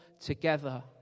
together